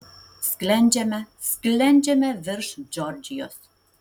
sklendžiame sklendžiame virš džordžijos